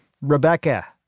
Rebecca